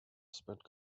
spent